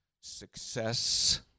success